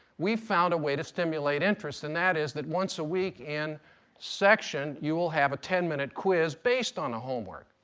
we found a way to stimulate interest. and that is that once a week in section you will have a ten minute quiz based on the homework.